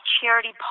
Charity